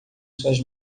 suas